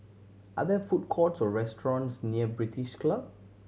are there food courts or restaurants near British Club